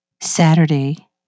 Saturday